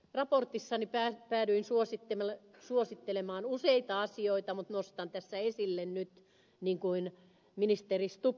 raportissani päädyin suosittelemaan useita asioita mutta nostan tässä esille nyt niin kuin ministeri stubb sanoisi kaksi